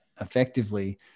effectively